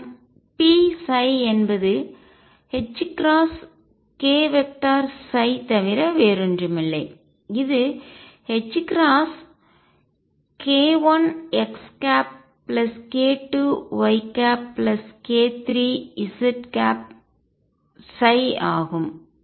மற்றும் p ψ என்பது k ψ தவிர வேறொன்றுமில்லை இது k1xk2yk3z ஆகும்